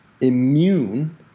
immune